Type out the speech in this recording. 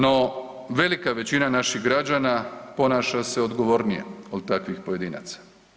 No, velika većina naših građana ponaša se odgovornije od takvih pojedinaca.